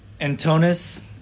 Antonis